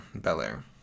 Belair